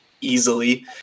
easily